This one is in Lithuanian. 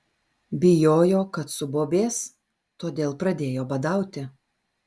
bijojo kad subobės todėl pradėjo badauti